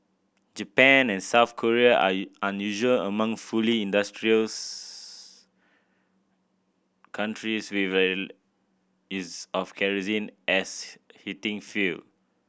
Japan and South Korea are are unusual among fully industrialised countries with is of kerosene as heating fuel